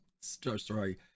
sorry